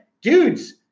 dudes